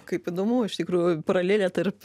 kaip įdomu iš tikrųjų paralelė tarp